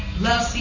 Love